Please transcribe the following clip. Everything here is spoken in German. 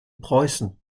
preußen